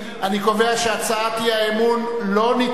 אני קובע שהצעת האי-אמון לא נתקבלה.